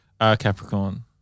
Capricorn